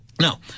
Now